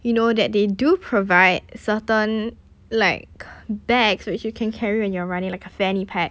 you know that they do provide certain like bags which you can carry when you're running like a fanny pack